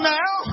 now